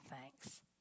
thanks